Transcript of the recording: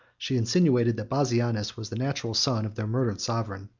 she insinuated that bassianus was the natural son of their murdered sovereign.